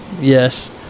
Yes